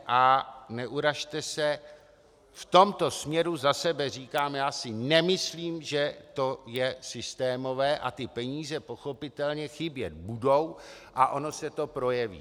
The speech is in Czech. A neurazte se v tomto směru za sebe říkám, já si nemyslím, že to je systémové, a ty peníze pochopitelně chybět budou a ono se to projeví.